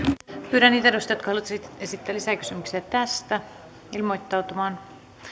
pyydän niitä edustajia jotka haluavat esittää lisäkysymyksiä tästä ilmoittautumaan